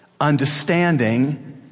Understanding